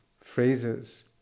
phrases